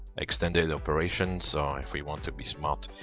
extended operations, or if we want to be smart,